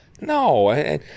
No